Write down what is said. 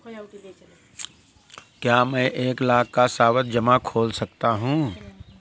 क्या मैं एक लाख का सावधि जमा खोल सकता हूँ?